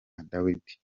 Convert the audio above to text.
dawidi